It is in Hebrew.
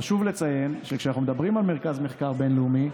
חשוב לציין שכשאנחנו מדברים על מרכז מחקר בין-לאומי,